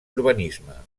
urbanisme